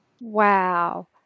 Wow